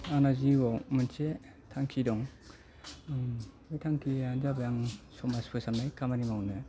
आंना जिउआव मोनसे थांखि दं बे थांखियानो जाबाय आं समाज फोसाबनाय खामानि मावनो